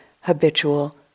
habitual